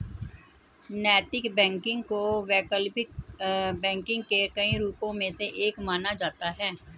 नैतिक बैंकिंग को वैकल्पिक बैंकिंग के कई रूपों में से एक माना जाता है